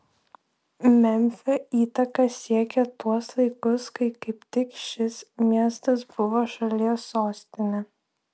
memfio įtaka siekė tuos laikus kai kaip tik šis miestas buvo šalies sostinė